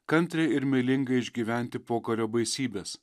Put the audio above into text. kantriai ir meilingai išgyventi pokario baisybes